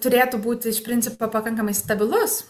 turėtų būt iš principo pakankamai stabilus